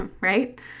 right